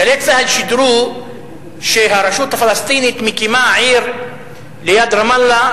ב"גלי צה"ל" שידרו שהרשות הפלסטינית מקימה עיר ליד רמאללה,